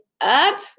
up